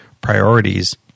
priorities